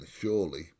surely